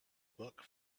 book